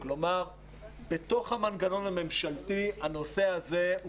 כלומר בתוך המנגנון הממשלתי הנושא הזה הוא